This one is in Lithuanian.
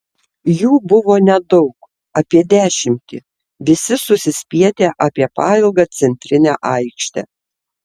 jų buvo nedaug apie dešimtį visi susispietę apie pailgą centrinę aikštę